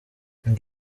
ngo